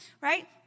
right